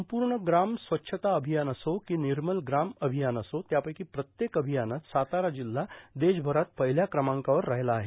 संपूर्ण ग्राम स्वच्छता अभियान असो कि निर्मल ग्राम अभियान असो यापैकी प्रत्यक अभियानात सातारा जिल्हा देशभरात पहिल्या क्रमांकावर राहिला आहे